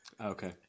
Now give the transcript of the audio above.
Okay